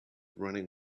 running